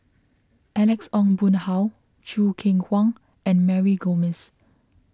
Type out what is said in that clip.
Alex Ong Boon Hau Choo Keng Kwang and Mary Gomes